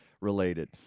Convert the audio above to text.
related